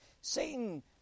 Satan